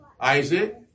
Isaac